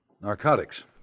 Narcotics